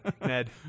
ned